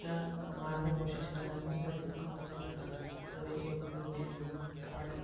त मां त कोशिशि कदंमि की वधीक खां वधीक सभई छोकरियूं भेनरियूं पढ़णु